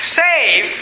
save